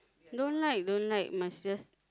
don't like don't like must just